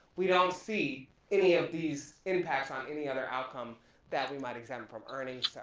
we don't see any of these impacts on any other outcome that we might examine, from earnings,